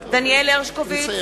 בעד דניאל הרשקוביץ,